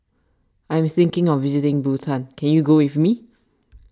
I am thinking of visiting Bhutan can you go with me